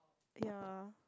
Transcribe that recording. ya